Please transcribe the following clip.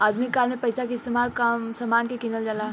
आधुनिक काल में पइसा के इस्तमाल समान के किनल जाला